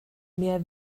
mehr